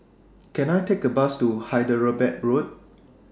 Can I Take A Bus to Hyderabad Road